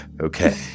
Okay